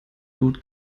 gut